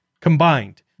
combined